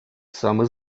саме